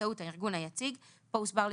באמצעות הארגון היציג --- פה הוסבר לי